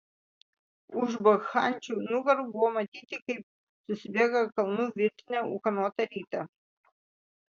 už bakchančių nugarų buvo matyti kaip susibėga kalnų virtinė ūkanotą rytą